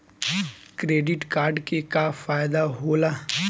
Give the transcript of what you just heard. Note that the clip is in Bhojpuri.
क्रेडिट कार्ड के का फायदा होला?